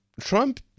Trump